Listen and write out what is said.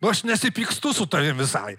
aš nesipykstu su tavim visai